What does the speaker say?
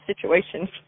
situation